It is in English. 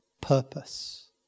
purpose